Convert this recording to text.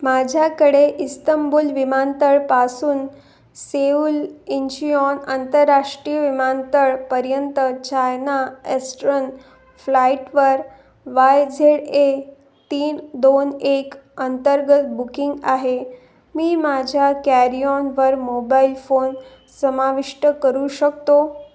माझ्याकडे इस्तंबुल विमानतळापासून Seoul Incheon आंतरराष्ट्रीय विमानतळापर्यंत चायना एस्ट्रन फ्लाइटवर वाय झेड ए तीन दोन एक अंतर्गत बुकिंग आहे मी माझ्या कॅरी ऑनवर मोबाईल फोन समाविष्ट करू शकतो